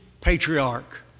patriarch